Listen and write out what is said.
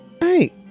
Hey